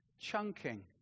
chunking